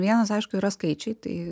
vienas aišku yra skaičiai tai